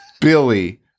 Billy –